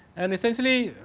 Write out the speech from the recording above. and essentiality,